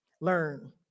learn